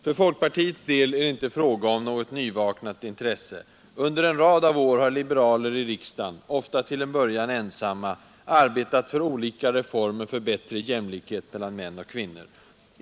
För folkpartiets del är det inte fråga om något nyvaknat intresse. Under en rad av år har liberaler i riksdagen, ofta till en början ensamma, arbetat för olika reformer för bättre jämlikhet mellan män och kvinnor.